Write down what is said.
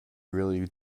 really